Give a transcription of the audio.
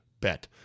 bet